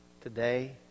today